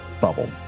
bubble